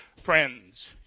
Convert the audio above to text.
Friends